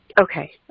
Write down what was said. Okay